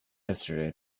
yesterday